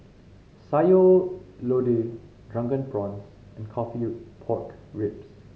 Sayur Lodeh Drunken Prawns and coffee pork ribs